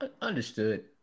Understood